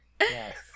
Yes